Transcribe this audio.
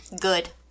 Good